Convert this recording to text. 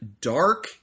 dark